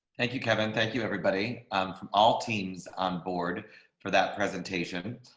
thank you, kevin. thank you everybody um from all teams on board for that presentation.